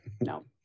no